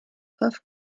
puff